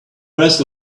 rest